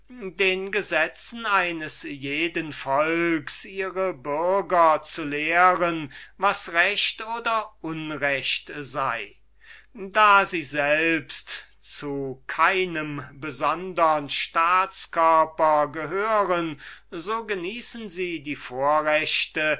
den gesetzen eines jeden volks ihre bürger zu lehren was recht oder unrecht sei da sie selbst zu keinem besondern staatskörper gehören so genießen sie die vorrechte